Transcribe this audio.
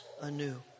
anew